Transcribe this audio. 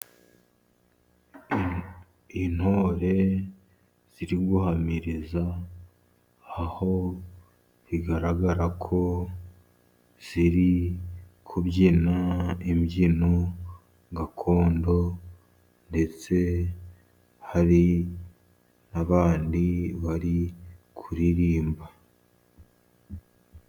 Intore ziri guhamiriza aho bigaragara ko, ziri kubyina imbyino gakondo ,ndetse hari n'abandi bari kuririmba.